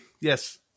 Yes